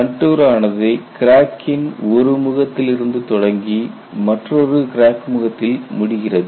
contour ஆனது கிராக்கின் ஒரு முகத்திலிருந்து தொடங்கி மற்றொரு கிராக் முகத்தில் முடிகிறது